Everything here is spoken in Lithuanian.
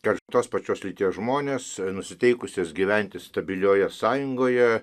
kad tos pačios lyties žmonės nusiteikusias gyventi stabilioje sąjungoje